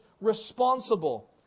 responsible